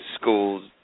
schools